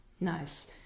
Nice